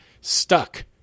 STUCK